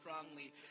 strongly